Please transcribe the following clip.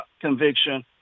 conviction